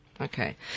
Okay